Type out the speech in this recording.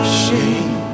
shame